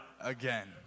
again